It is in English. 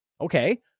Okay